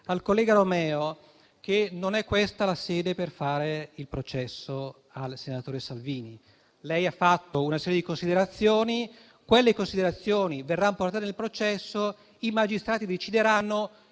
al collega Romeo che non è questa la sede per fare il processo al senatore Salvini. Egli ha fatto una serie di considerazioni che verranno portate al processo, i magistrati decideranno